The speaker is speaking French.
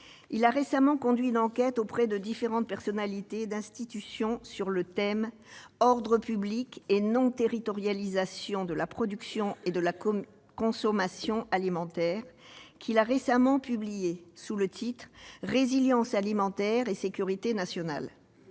Il a récemment mené une enquête auprès de différentes personnalités et institutions sur les rapports entre ordre public et non-territorialisation de la production et de la consommation alimentaires, dont il a récemment publié les conclusions sous le titre :« Résilience alimentaire et sécurité nationale ».